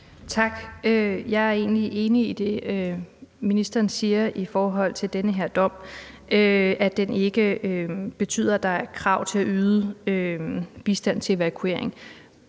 Tak. Jeg er egentlig enig i det, ministeren siger i forhold til den her dom, nemlig at den ikke betyder, at der er krav til at yde bistand til evakuering.